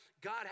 God